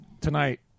tonight